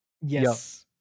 Yes